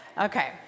Okay